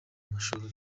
mashuri